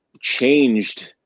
changed